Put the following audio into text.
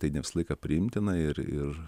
tai ne visą laiką priimtina ir ir